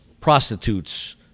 prostitutes